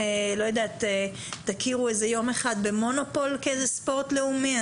אולי תכירו יום אחד במונופול כספורט לאומי,